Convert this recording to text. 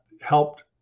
helped